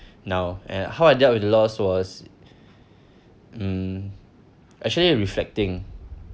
now and how I dealt with the loss was um actually reflecting